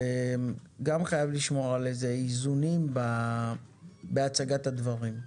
גם חייבים לשמור על איזונים בהצגת הדברים.